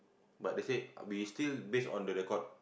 but they say we still base on the record